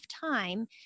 time